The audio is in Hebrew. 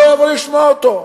שלא יבוא לשמוע אותו,